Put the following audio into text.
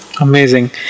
amazing